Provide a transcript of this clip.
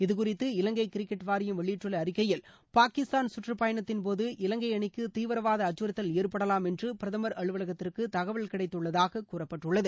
இதுகுறித்து இலங்கை கிரிக்கெட் வாரியம் வெளியிட்டுள்ள அறிக்கையில் பாகிஸ்தான் கற்றுப்பயனத்தின் போது இலங்கை அணிக்கு தீவிரவாத அச்சுறுத்தல் ஏற்படலாம் என்று பிரதமா அலுவலகத்திற்கு தகவல் கிடைத்துள்ளதாக கூறப்பட்டுள்ளது